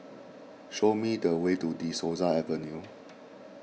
show me the way to De Souza Avenue